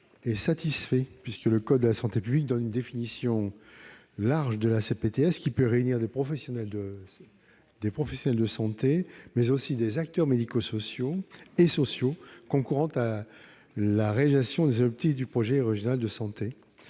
de la commission ? Le code de la santé publique donne une définition large de la CPTS, qui peut réunir des professionnels, mais aussi « des acteurs médico-sociaux et sociaux concourant à la réalisation des objectifs du projet régional de santé